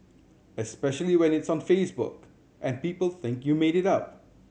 especially when it's on Facebook and people think you made it up